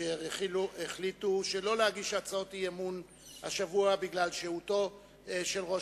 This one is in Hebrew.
(פקיעת רכישה), התשס”ט 2009, מאת חבר